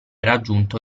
raggiunto